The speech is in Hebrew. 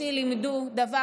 אותי לימדו דבר